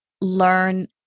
learn